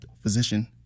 physician